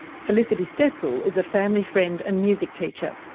felicity stetzel is a family friend and music teacher.